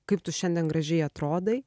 kaip tu šiandien gražiai atrodai